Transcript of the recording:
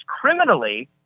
criminally